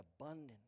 abundant